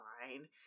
fine